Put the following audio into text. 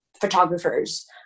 photographers